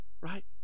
Right